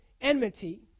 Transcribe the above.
enmity